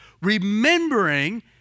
Remembering